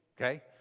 okay